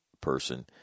person